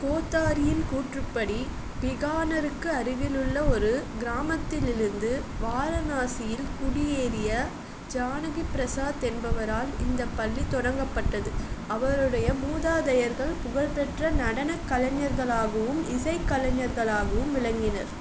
கோத்தாரியின் கூற்றுப்படி பிகானருக்கு அருகிலுள்ள ஒரு கிராமத்திலிருந்து வாரணாசியில் குடியேறிய ஜானகிபிரசாத் என்பவரால் இந்தப் பள்ளி தொடங்கப்பட்டது அவருடைய மூதாதையர்கள் புகழ்பெற்ற நடனக் கலைஞர்களாகவும் இசைக்கலைஞர்களாகவும் விளங்கினர்